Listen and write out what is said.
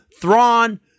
Thrawn